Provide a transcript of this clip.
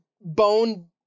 bone